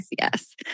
Yes